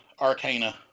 arcana